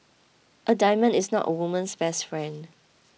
a diamond is not a woman's best friend